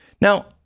Now